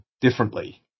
differently